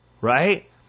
right